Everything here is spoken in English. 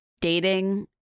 dating